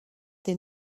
des